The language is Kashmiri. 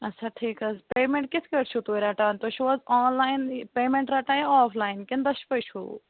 اچھا ٹھیٖک حظ پیٚمنٛٹ کِتھ کٲٹھۍ چھُو تُہۍ رٹان تُہۍ چھُو حظ آنلایِن پیٚمنٹ رٹان کِنہٕ آف لایِن کِنہٕ دۄشوٕے چھو